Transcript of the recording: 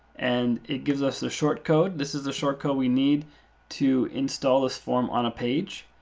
and it gives us a short code. this is a short code we need to install this form on a page.